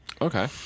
Okay